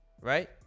Right